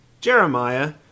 Jeremiah